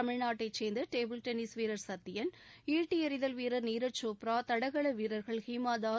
தமிழ்நாட்டைச் சேர்ந்த table tennis வீரர் சத்தியன் ஈட்டி எறிதல் வீரர் நீரஜ் சோப்ரா தடகள் வீரர்கள் ஹீமா தாஸ்